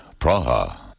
Praha